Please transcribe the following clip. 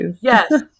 Yes